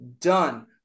Done